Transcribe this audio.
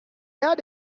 gars